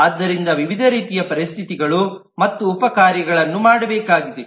ಆದ್ದರಿಂದ ವಿವಿಧ ರೀತಿಯ ಪರಿಸ್ಥಿತಿಗಳು ಮತ್ತು ಉಪ ಕಾರ್ಯಗಳನ್ನು ಮಾಡಬೇಕಾಗಿದೆ